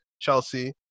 Chelsea